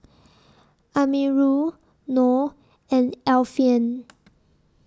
Amirul Noh and Alfian